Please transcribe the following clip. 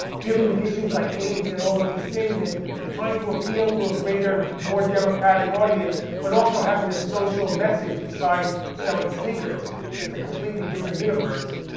dealing with issues like aids and all of these things, and trying to appeal to a greater, more democratic audience, but also having a social message besides selling sneakers. it's a completely different universe.